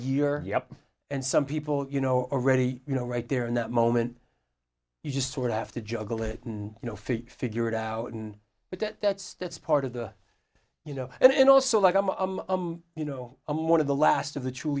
year and some people you know already you know right there in that moment you just sort of have to juggle it and you know figure it out and but that's that's part of the you know and also like um um um you know i'm one of the last of the tru